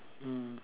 mm